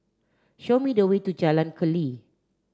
show me the way to Jalan Keli